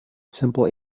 simple